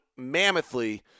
mammothly